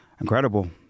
Incredible